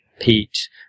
Pete